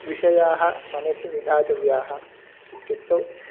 विषयाः मनसि निधातव्याः इत्युक्तौ